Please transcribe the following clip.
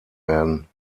werden